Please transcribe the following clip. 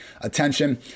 attention